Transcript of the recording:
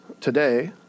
today